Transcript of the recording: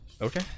Okay